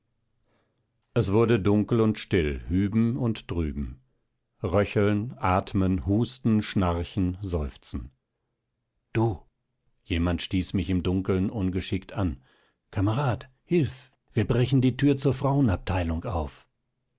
es wurde dunkel und still hüben und drüben röcheln atmen husten schnarchen seufzen du jemand stieß mich im dunkeln ungeschickt an kamerad hilf wir brechen die tür zur frauenabteilung auf